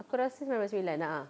aku rasa sembilan puluh sembilan a'ah